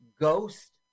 ghost